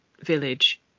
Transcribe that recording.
village